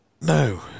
No